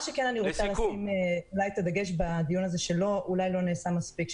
אני רוצה לשים את הדגש שאולי לא נעשה מספיק,